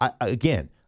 Again